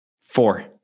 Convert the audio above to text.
four